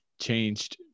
changed